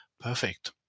Perfect